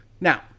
Now